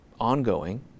ongoing